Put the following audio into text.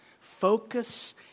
focus